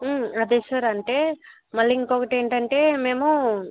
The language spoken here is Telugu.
అదే సార్ అంటే మళ్ళీ ఇంకొకటి ఏంటి అంటే మేము